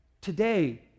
Today